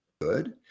good